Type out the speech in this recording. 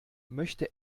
möchte